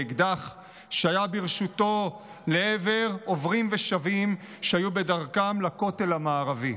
באקדח שהיה ברשותו לעבר עוברים ושבים שהיו בדרכם לכותל המערבי.